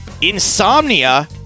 Insomnia